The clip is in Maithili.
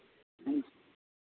ह्म्म